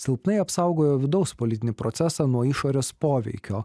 silpnai apsaugojo vidaus politinį procesą nuo išorės poveikio